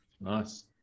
Nice